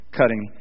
cutting